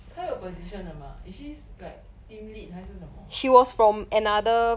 他有 position 的吗 she's like team lead 还是什么